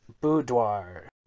boudoir